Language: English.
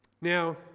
Now